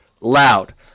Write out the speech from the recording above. loud